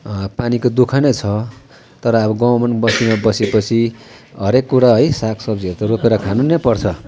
पानीको दुःख नै छ तर अब गाउँमा न बस्तीमा बसेपछि हरेक कुरा है सागसब्जीहरू त रोपेर खानु नै पर्छ